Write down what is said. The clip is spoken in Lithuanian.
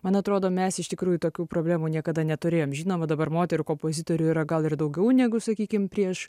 man atrodo mes iš tikrųjų tokių problemų niekada neturėjom žinoma dabar moterų kompozitorių yra gal ir daugiau negu sakykim prieš